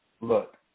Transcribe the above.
look